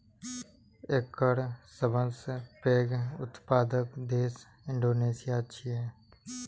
एकर सबसं पैघ उत्पादक देश इंडोनेशिया छियै